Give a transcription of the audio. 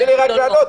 רק תני לי לענות.